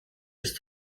ist